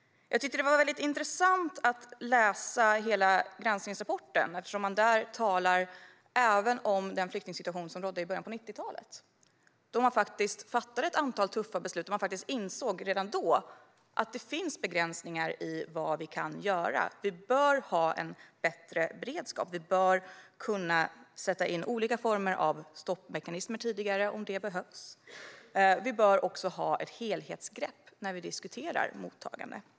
Jag tyckte att det var intressant att läsa hela granskningsrapporten eftersom man där talar även om den flyktingsituation som rådde i början av 90talet, då man fattade ett antal tuffa beslut och faktiskt redan då insåg att det finns begränsningar i vad vi kan göra. Vi bör ha en bättre beredskap. Vi bör kunna sätta in olika former av stoppmekanismer tidigare om det behövs. Vi bör också ha ett helhetsgrepp när vi diskuterar mottagande.